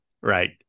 Right